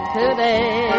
today